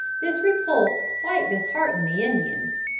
this repulse quite disheartened the indians.